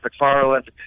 McFarland